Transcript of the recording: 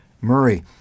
Murray